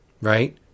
Right